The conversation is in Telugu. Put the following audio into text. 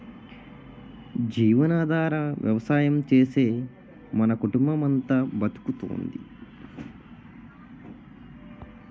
జీవనాధార వ్యవసాయం చేసే మన కుటుంబమంతా బతుకుతోంది